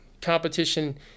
competition